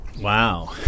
Wow